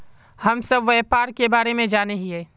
हम सब व्यापार के बारे जाने हिये?